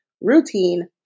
routine